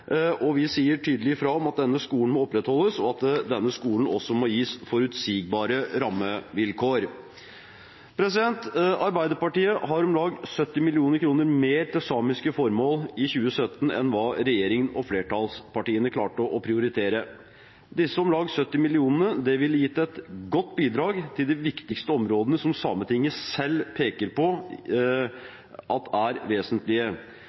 og vi sier tydelig fra om at denne skolen må opprettholdes, og at denne skolen også må gis forutsigbare rammevilkår. Arbeiderpartiet har om lag 70 mill. kr mer til samiske formål i 2017 enn hva regjeringen og flertallspartiene klarte å prioritere. Disse om lag 70 mill. kr ville gitt et godt bidrag til de viktigste områdene, som Sametinget selv peker på er vesentlige.